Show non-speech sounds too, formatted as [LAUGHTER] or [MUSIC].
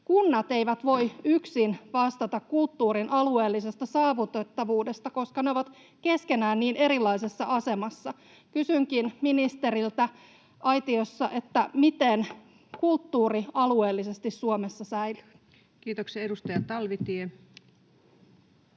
Kunnat eivät voi yksin vastata kulttuurin alueellisesta saavutettavuudesta, koska ne ovat keskenään niin erilaisessa asemassa. [NOISE] Kysynkin ministeriltä aitiossa: [NOISE] miten kulttuuri alueellisesti Suomessa säilyy? Kiitoksia. — Edustaja Talvitie.